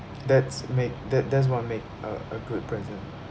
that's make that that's what make a a good present